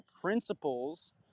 principles